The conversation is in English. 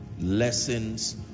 Lessons